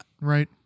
right